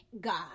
God